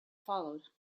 followed